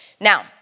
Now